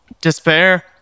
despair